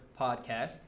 podcast